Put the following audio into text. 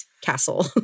castle